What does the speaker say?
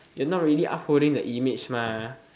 you not really upholding the image mah